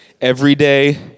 everyday